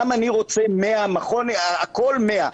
גם אני רוצה 100, הכול 100,